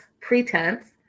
pretense